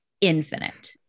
infinite